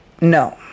No